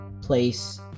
place